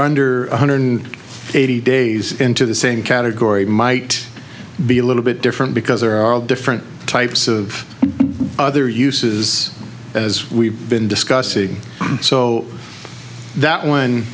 under one hundred eighty days into the same category might be a little bit different because there are all different types of other uses as we've been discussing so that one